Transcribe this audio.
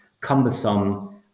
cumbersome